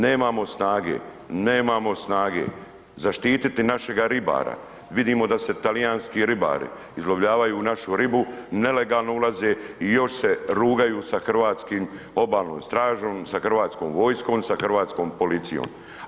Nemamo snage, nemamo snage zaštititi našega ribara, vidimo da se talijanski ribari izlovljavaju našu ribu, nelegalno ulaze i još se rugaju sa hrvatskim obalnom stražom, sa hrvatskom vojskom, sa hrvatskom policijom.